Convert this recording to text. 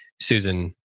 Susan